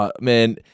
man